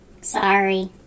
Sorry